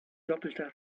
doppelter